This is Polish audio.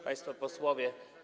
Państwo Posłowie!